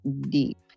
deep